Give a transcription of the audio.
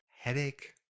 headache